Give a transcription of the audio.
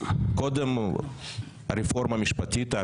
קודם הרפורמה המשפטית,